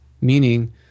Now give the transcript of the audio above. Meaning